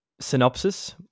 Synopsis